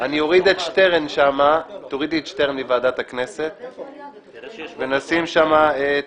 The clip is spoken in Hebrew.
אני אוריד את שטרן מוועדת הכנסת ונשים שם את